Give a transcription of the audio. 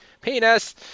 Penis